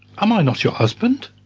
am i not your husband?